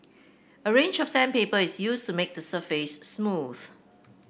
a range of sandpaper is used to make the surface smooth